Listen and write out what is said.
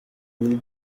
mille